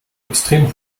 extrem